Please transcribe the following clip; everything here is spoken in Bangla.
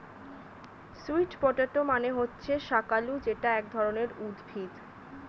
সুইট পটেটো মানে হচ্ছে শাকালু যেটা এক ধরনের উদ্ভিদ